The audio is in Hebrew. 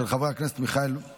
של חבר הכנסת שלום דנינו,